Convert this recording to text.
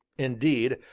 indeed,